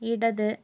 ഇടത്